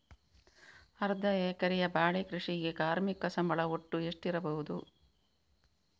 ಅರ್ಧ ಎಕರೆಯ ಬಾಳೆ ಕೃಷಿಗೆ ಕಾರ್ಮಿಕ ಸಂಬಳ ಒಟ್ಟು ಎಷ್ಟಿರಬಹುದು?